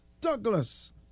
Douglas